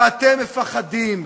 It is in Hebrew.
ואתם מפחדים.